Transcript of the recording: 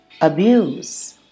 abuse